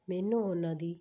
ਮੈਨੂੰ ਉਹਨਾਂ ਦੀ